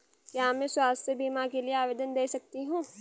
क्या मैं स्वास्थ्य बीमा के लिए आवेदन दे सकती हूँ?